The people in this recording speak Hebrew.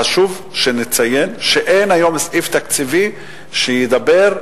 חשוב שנציין שאין היום סעיף תקציבי שידבר,